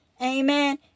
amen